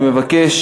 אני מבקש